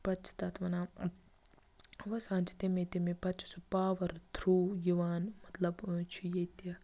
پَتہٕ چھِ تَتھ وَنان وَسان چھِ تمے تَمے پَتہٕ چھُ سُہ پاوَر تھرٛوٗ یِوان مطلب چھُ ییٚتہِ